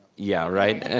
yeah, right?